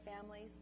families